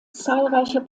zahlreicher